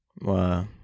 Wow